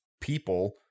people